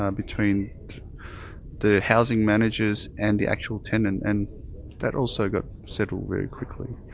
um between the housing managers and the actual tenant. and that also got settled very quickly.